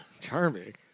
Charming